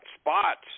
spots